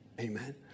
Amen